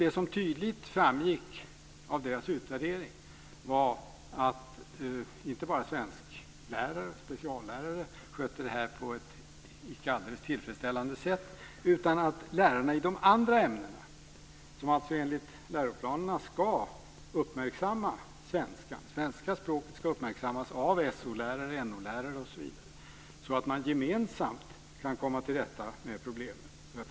Det som tydligt framgick av utvärderingen var att inte bara svensklärare, speciallärare, sköter det här på ett icke alldeles tillfredsställande sätt, utan även lärare i de andra ämnena. Enligt läroplanen ska dessa lärare uppmärksamma svenskan. Svenska språket ska uppmärksammas av SO-lärare, NO-lärare osv. så att man gemensamt kan komma till rätta med problemet.